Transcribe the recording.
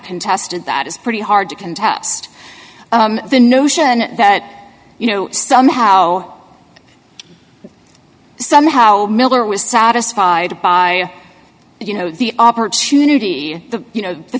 contested that it's pretty hard to contest the notion that you know somehow somehow miller was satisfied by you know the opportunity the you know the